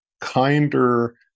kinder